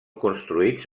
construïts